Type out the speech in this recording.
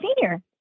Senior